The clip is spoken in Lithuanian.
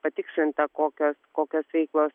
patikslinta kokios kokios veiklos